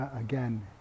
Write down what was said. again